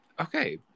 okay